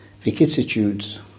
vicissitudes